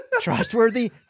trustworthy